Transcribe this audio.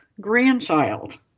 grandchild